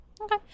Okay